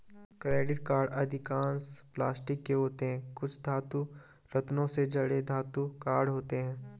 credit card अधिकांश card plastic के होते हैं, कुछ धातु, रत्नों से जड़े धातु कार्ड होते हैं